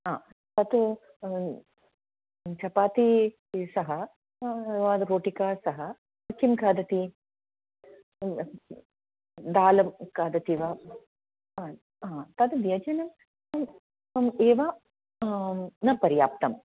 हा तत् चपाति सह वादरोटिका सह किं खादति दालं खादति वा हा तद् व्यञ्जनम् एव न पर्याप्तम्